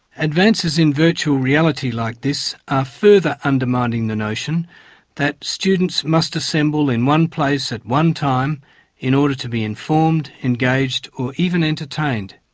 advances in virtual reality like this are further undermining the notion that students must assemble in one place at one time in order to be informed, engaged or even entertained.